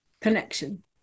connection